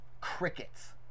Crickets